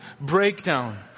breakdown